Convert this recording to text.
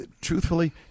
truthfully